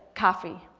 coffee.